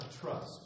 trust